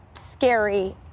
scary